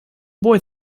boy